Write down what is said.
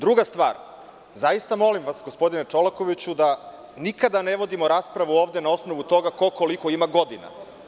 Druga stvar, zaista vas molim gospodine Čolakoviću da nikada ne vodimo raspravu ovde na osnovu togako koliko ima godina.